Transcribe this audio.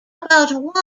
about